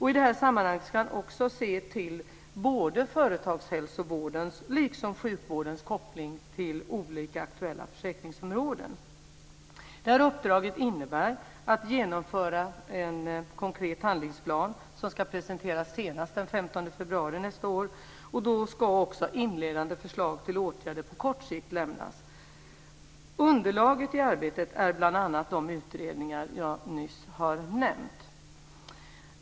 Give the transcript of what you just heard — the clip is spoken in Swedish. I det här sammanhanget ska han också se till både Företagshälsovårdens liksom sjukvårdens koppling till olika aktuella försäkringsområden. Uppdraget innebär ett genomförande av en konkret handlingsplan som ska presenteras senast den 15 februari nästa år. Då ska också inledande förslag till åtgärder på kort sikt lämnas. Underlaget i arbetet är bl.a. de utredningar jag nyss har nämnt.